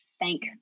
Thank